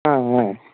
ஆ ஆ